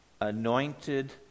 anointed